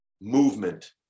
movement